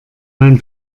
mein